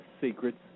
Secrets